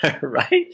right